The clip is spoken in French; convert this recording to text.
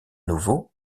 nouveau